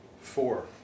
Four